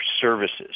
services